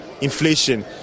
Inflation